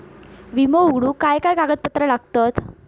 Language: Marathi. विमो उघडूक काय काय कागदपत्र लागतत?